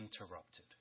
interrupted